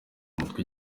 mutwe